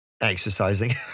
exercising